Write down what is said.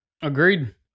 Agreed